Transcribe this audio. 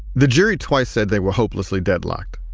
the jury twice said they were hopelessly deadlocked.